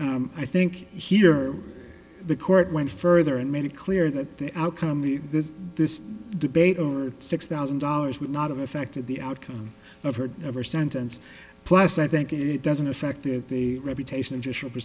i think here the court went further and made it clear that the outcome of the this this debate over six thousand dollars would not have affected the outcome of her ever sentence plus i think it doesn't affect it the reputation of just the